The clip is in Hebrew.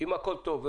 אם הכול טוב,